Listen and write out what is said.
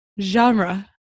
genre